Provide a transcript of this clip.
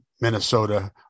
Minnesota